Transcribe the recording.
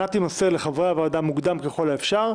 ההזמנה תימסר לחברי הוועדה מוקדם ככל האפשר,